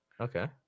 Okay